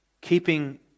keeping